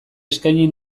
eskaini